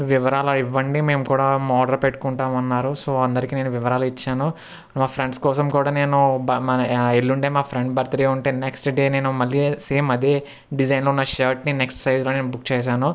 వివరాలి ఇవ్వండి మేము కూడా ఆర్డర్ పెట్టుకుంటాము అన్నారు సో అందరికి నేను వివరాలు ఇచ్చాను మా ఫ్రెండ్స్ కోసం కూడా నేను బ ఆ ఎల్లుండే మా ఫ్రెండ్ బర్త్డే ఉంటే నెక్స్ట్ డే నేను మళ్ళీ సేమ్ అదే డిజైన్ ఉన్న షర్ట్ని నెక్స్ట్ సైజ్ లోనే బుక్ చేశాను